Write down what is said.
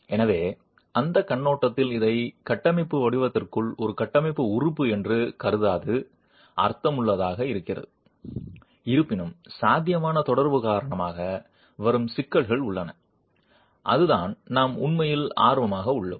எனவே அந்த கண்ணோட்டத்தில் இதை கட்டமைப்பு வடிவமைப்பிற்குள் ஒரு கட்டமைப்பு உறுப்பு என்று கருதாதது அர்த்தமுள்ளதாக இருக்கிறது இருப்பினும் சாத்தியமான தொடர்பு காரணமாக வரும் சிக்கல்கள் உள்ளன அதுதான் நாம் உண்மையில் ஆர்வமாக உள்ளோம்